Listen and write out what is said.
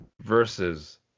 Versus